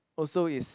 also it's